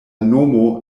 nomo